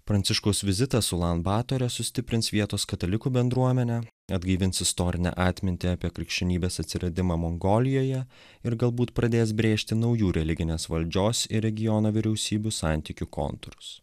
pranciškaus vizitas ulan batore sustiprins vietos katalikų bendruomenę neatgaivins istorinę atmintį apie krikščionybės atsiradimą mongolijoje ir galbūt pradės brėžti naujų religinės valdžios ir regiono vyriausybių santykių kontūrus